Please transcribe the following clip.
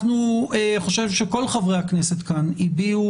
אני חושב שכל חברי הכנסת כאן הביעו